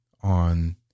on